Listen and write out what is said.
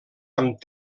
amb